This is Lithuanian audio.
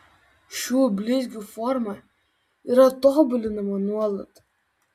šių blizgių forma yra tobulinama nuolat